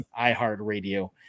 iHeartRadio